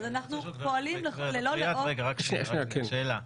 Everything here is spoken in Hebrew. אנחנו פועלים ללא לאות --- רגע, שאלה.